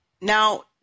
Now